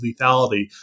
lethality